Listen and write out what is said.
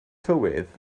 tywydd